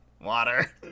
Water